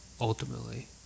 ultimately